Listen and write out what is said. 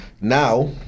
now